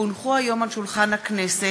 כי הונחו היום על שולחן הכנסת,